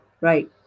Right